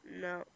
No